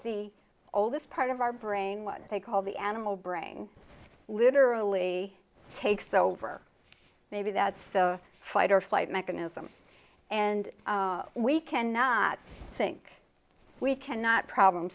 the oldest part of our brain what they call the animal brain literally takes over maybe that's the fight or flight mechanism and we cannot think we cannot problem